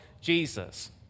Jesus